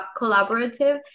collaborative